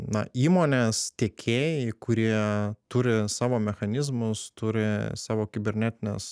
na įmonės tiekėjai kurie turi savo mechanizmus turi savo kibernetinės